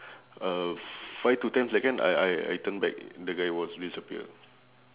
uh five to ten second I I I turn back the guy was disappear